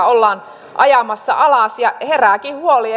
ollaan ajamassa alas ja herääkin huoli